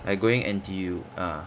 I going N_T_U ah